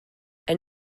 elle